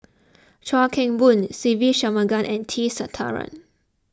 Chuan Keng Boon Se Ve Shanmugam and T Sasitharan